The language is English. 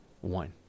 one